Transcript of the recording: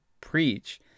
preach